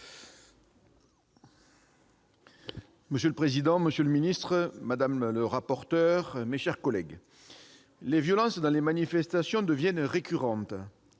Monsieur le président, monsieur le secrétaire d'État, madame le rapporteur, mes chers collègues, les violences dans les manifestations deviennent récurrentes